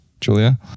Julia